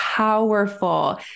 powerful